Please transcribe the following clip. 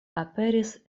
aperis